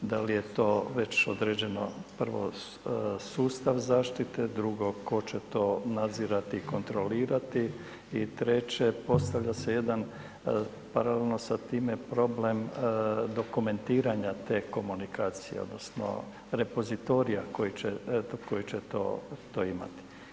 Da li je to već određeno prvo sustav zaštite, drugo tko će to nadzirati i kontrolirati i treće, postavlja se jedan paralelno s time, problem dokumentiranja te komunikacije, odnosno, repozitorija, koji će to imati.